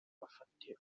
bafate